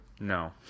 No